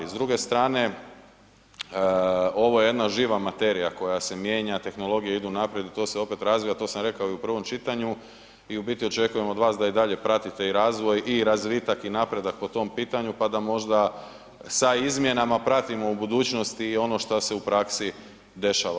S druge strane ovo je jedna živa materija koja se mijenja, tehnologije idu naprijed i to se opet razvija i to sam rekao i u prvom čitanju i u biti očekujem od vas da i dalje pratite i razvoj i razvitak i napredak po tom pitanju pa da možda sa izmjenama pratimo u budućnosti i ono što se u praksi dešava.